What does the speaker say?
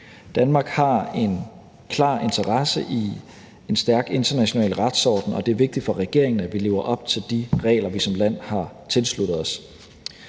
Danmark har en klar interesse i en stærk international retsorden, og det er vigtigt for regeringen, at vi lever op til de regler, vi som land har tilsluttet os.